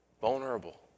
vulnerable